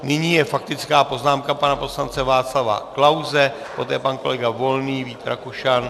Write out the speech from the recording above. Nyní je faktická poznámka pana poslance Václava Klause, poté pan kolega Volný, Vít Rakušan...